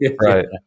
Right